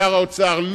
שר האוצר,